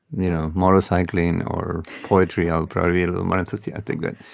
you know, motorcycling or poetry, i would probably be a little more enthusiastic.